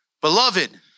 Beloved